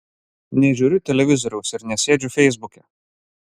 nežiūriu televizoriaus ir nesėdžiu feisbuke